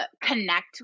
connect